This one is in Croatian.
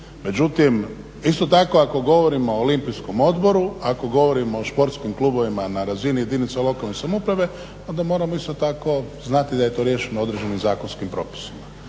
Međutim, isto tako ako govorimo o olimpijskom odboru, ako govorimo o športskim klubovima na razini jedinica lokalne samouprave onda moramo isto tako znati da je to riješeno određenim zakonskim propisima.